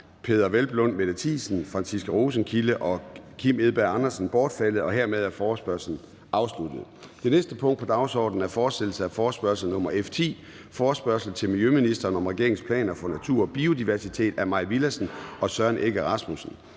Peder Hvelplund (EL), Mette Thiesen (DF), Franciska Rosenkilde (ALT) og Kim Edberg Andersen (NB) bortfaldet. Hermed er forespørgslen afsluttet. --- Det næste punkt på dagsordenen er: 2) Fortsættelse af forespørgsel nr. F 10 [afstemning]: Forespørgsel til miljøministeren om regeringens planer for natur og biodiversitet. Af Mai Villadsen (EL) og Søren Egge Rasmussen